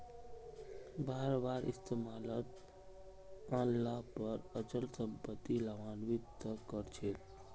बार बार इस्तमालत आन ल पर अचल सम्पत्ति लाभान्वित त कर छेक